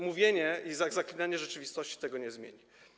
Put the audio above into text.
Mówienie, zaklinanie rzeczywistości tego nie zmieni.